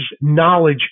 knowledge